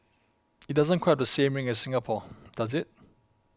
it doesn't quite have the same ring as Singapore does it